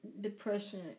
depression